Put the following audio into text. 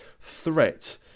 threat